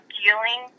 dealing